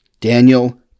daniel